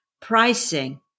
pricing